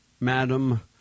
madam